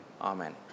amen